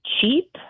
cheap